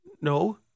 No